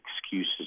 excuses